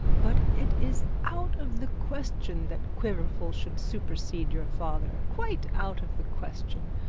but it is out of the question that quiverful should supersede your father quite out of the question.